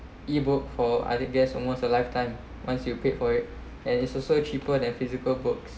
ebook for other guests almost a lifetime once you paid for it and it's also cheaper than physical books